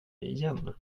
igen